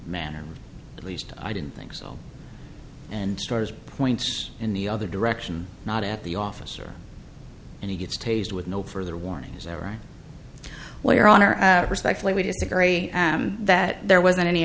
manner at least i didn't think so and stores points in the other direction not at the officer and he gets teased with no further warnings ever right well your honor i respectfully disagree that there wasn't any